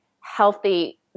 healthy